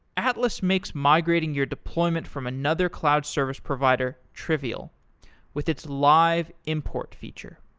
atlas makes migrating your deployment from another cloud service provider trivial with its live import feature